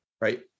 right